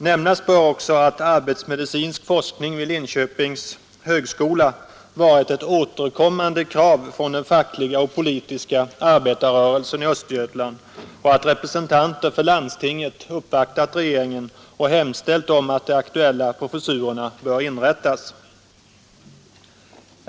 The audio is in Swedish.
Nämnas bör också att arbetsmedicinsk forskning vid Linköpings högskola varit ett återkommande krav från den fackliga och politiska arbetarrörelsen i Östergötland och att representanter för landstinget uppvaktat regeringen och hemställt om att de aktuella professurerna bör inrättas.